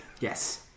Yes